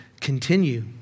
continue